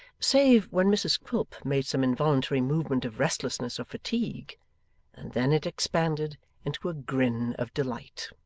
save when mrs quilp made some involuntary movement of restlessness or fatigue and then it expanded into a grin of delight.